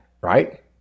right